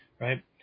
Right